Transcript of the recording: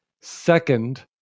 Second